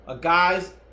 Guys